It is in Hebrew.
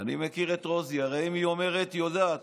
אני מכיר את רוזי, הרי אם היא אומרת, היא יודעת.